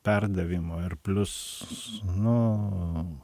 perdavimo ir plius nu